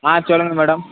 ஆ சொல்லுங்கள் மேடம்